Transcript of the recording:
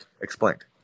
explained